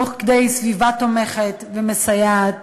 בסביבה תומכת ומסייעת.